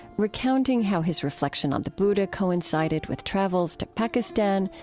recounting how his reflection on the buddha coincided with travels to pakistan,